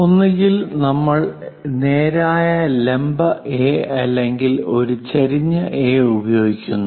ഒന്നുകിൽ നമ്മൾ നേരായ ലംബ എ അല്ലെങ്കിൽ ഒരു ചെരിഞ്ഞ എ ഉപയോഗിക്കുന്നു